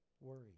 worry